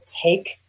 take